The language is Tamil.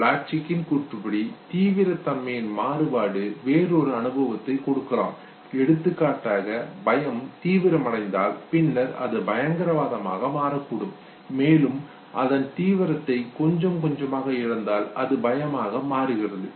ப்ளட்சிக்கின் கூற்றுப்படி தீவிரத் தன்மையின் மாறுபாடு வேறொரு அனுபவத்தை கொடுக்கலாம் எடுத்துக்காட்டாக பயம் தீவிரமடைந்தால் பின்னர் அது பயங்கரவாதமாக மாறக்கூடும் மேலும் அதன் தீவிரத்தை கொஞ்சம் கொஞ்சமாக இழந்தால் அது பயமாக மாறுகிறது